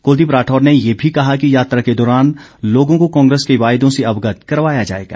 कुलदीप राठौर ने ये भी कहा कि यात्रा के दौरान लोगों को कांग्रेस के वायदों से अवगत करवाया जाएगा